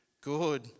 Good